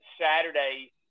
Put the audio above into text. Saturday